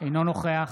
אינו נוכח